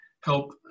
help